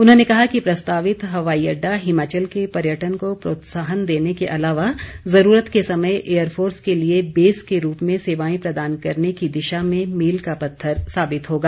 उन्होंने कहा कि प्रस्तावित हवाई अड्डा हिमाचल के पर्यटन को प्रोत्साहन देने के अलावा ज़रूरत के समय एयर फोर्स के लिए बेस के रूप में सेवाएं प्रदान करने की दिशा में मील का पत्थर साबित होगा